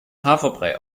haferbrei